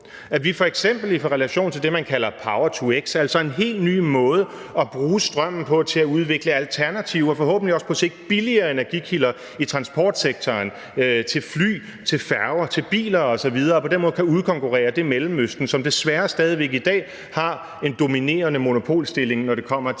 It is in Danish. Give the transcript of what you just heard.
At vi f.eks. i relation til det, man kalder power-to-x, altså en helt ny måde at bruge strømmen på, kan udvikle alternativer og forhåbentlig på sigt også billigere energikilder i transportsektoren til fly, til færger, til biler osv. og på den måde kan udkonkurrere det Mellemøsten, som desværre stadig væk i dag har en dominerende monopolstilling, når det kommer til